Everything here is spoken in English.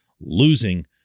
losing